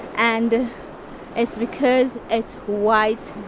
and it's because it's white,